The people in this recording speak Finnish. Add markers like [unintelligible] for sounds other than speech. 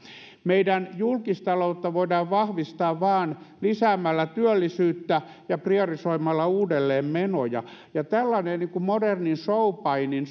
meidän julkistaloutta voidaan vahvistaa vain lisäämällä työllisyyttä ja priorisoimalla uudelleen menoja ja tällainen niin kuin modernin showpainin [unintelligible]